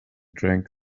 drank